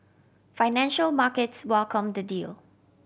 financial markets welcomed the deal